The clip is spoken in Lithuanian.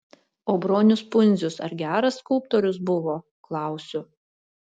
o bronius pundzius ar geras skulptorius buvo klausiu